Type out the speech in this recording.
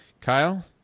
Kyle